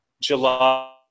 July